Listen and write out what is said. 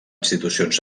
institucions